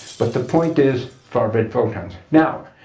but the point is far-red photons. now